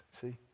see